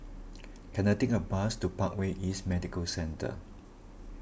can I take a bus to Parkway East Medical Centre